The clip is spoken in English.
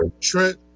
Trent